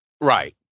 Right